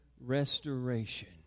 restoration